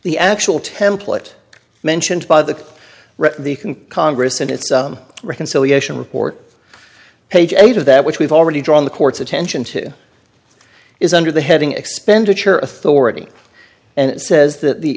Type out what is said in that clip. the actual template mentioned by the the congress in its reconciliation report page eight of that which we've already drawn the court's attention to is under the heading expenditure authority and it says that the